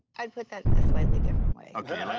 i'd put that a slightly different way. okay, let's